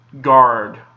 guard